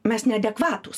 mes neadekvatūs